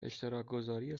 اشتراکگذاری